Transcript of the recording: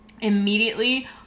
immediately